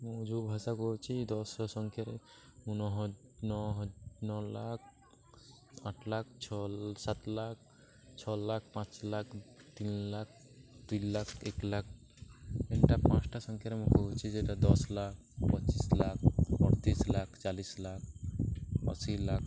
ମୁଁ ଯେଉଁ ଭାଷା କହୁଛି ଦଶ ସଂଖ୍ୟାରେ ନଅ ନଅ ନଅ ଲକ୍ଷ ଆଠ ଲକ୍ଷ ଛଅ ସାତ ଲକ୍ଷ ଛଅ ଲକ୍ଷ ପାଞ୍ଚ ଲକ୍ଷ ତିନି ଲକ୍ଷ ଦୁଇ ଲକ୍ଷ ଏକ ଲକ୍ଷ ଏନ୍ଟା ପାଞ୍ଚଟା ସଂଖ୍ୟାରେ ମୁଁ କହୁଛି ଯେ ଦଶ ଲକ୍ଷ ପଚିଶି ଲକ୍ଷ ଅଠତିରିଶି ଲକ୍ଷ ଚାଳିଶି ଲକ୍ଷ ଅଶୀ ଲକ୍ଷ